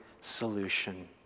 solution